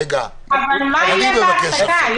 ברגע שיהיה אפשרי לחשוב על טיפה הקלות,